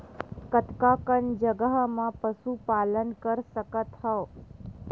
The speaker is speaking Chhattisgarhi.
कतका कन जगह म पशु पालन कर सकत हव?